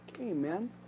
amen